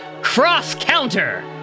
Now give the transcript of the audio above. cross-counter